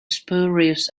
spurious